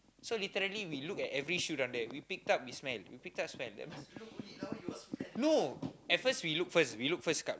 so literally we look at every shoe around there we picked up we smell we picked up smell no at first we look first we look first